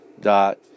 dot